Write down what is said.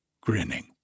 grinning